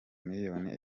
miliyoni